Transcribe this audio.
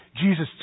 Jesus